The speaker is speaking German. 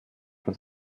als